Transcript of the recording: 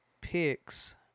picks